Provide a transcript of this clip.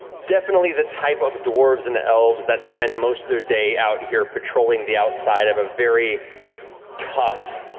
definitely the type of dwarves and elves that spend most of their day out here patrolling the outside of a very tough,